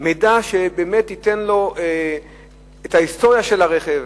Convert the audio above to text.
המידע על ההיסטוריה של הרכב,